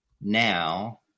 now